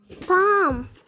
Tom